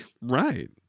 Right